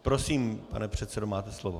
Prosím, pane předsedo, máte slovo.